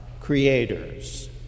creators